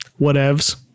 whatevs